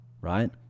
right